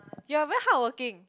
you're very hardworking